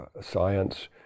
science